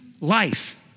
life